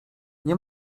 nie